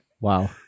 Wow